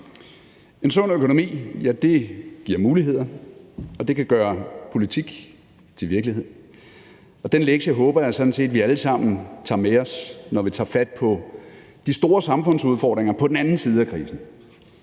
En sund økonomi, ja, det giver muligheder, og det kan gøre politik til virkelighed, og den lektie håber jeg sådan set vi alle sammen tager med os, når vi tager fat på de store samfundsudfordringer på den anden side af krisen.